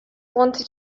wanted